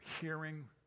hearing